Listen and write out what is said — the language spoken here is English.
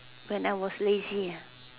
when I was lazy ah